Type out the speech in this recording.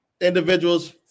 individuals